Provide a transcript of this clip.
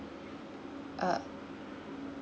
uh